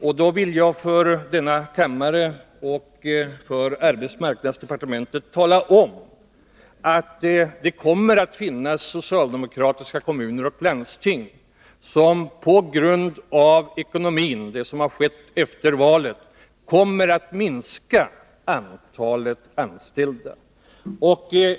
Därför vill jag för denna kammare och för arbetsmarknadsdepartementet tala om att det kommer att finnas socialdemokratiska kommuner och landsting som på grund av ekonomin och det som har skett efter valet kommer att minska antalet anställda.